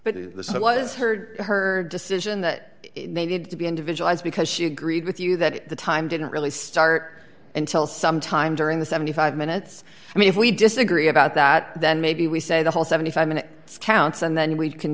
but the so was heard her decision that they need to be individualized because she agreed with you that at the time i don't really start until sometime during the seventy five minutes i mean if we disagree about that then maybe we say the whole seventy five minute counts and then we can